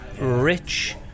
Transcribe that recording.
rich